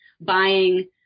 buying